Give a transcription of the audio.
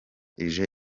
ije